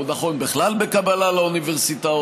הוא נכון בכלל בקבלה לאוניברסיטאות,